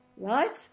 right